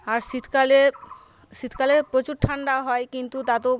আর শীতকালে শীতকালে প্রচুর ঠান্ডা হয়ই কিন্তু তাতেও